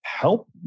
help